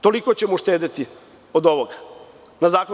Toliko ćemo uštedeti od ovog zakona.